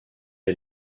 est